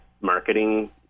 marketing